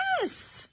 Yes